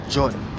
Jordan